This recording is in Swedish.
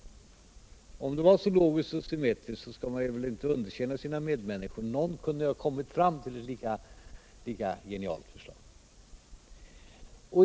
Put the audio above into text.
Man skall inte underkänna sina medmänniskor, så om förslaget är så logiskt och svmmetriskt borde någon ha kommit fråm till ett lika genialt förslag.